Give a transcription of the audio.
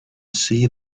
see